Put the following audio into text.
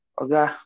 okay